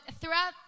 throughout